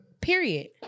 period